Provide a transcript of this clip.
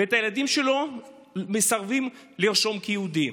ואת הילדים שלו מסרבים לרשום כיהודים.